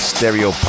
Stereo